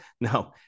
No